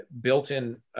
built-in